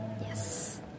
Yes